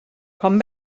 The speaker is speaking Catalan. quan